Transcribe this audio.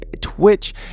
Twitch